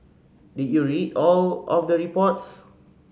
did you read all of the reports